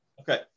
Okay